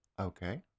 Okay